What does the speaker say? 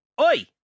Oi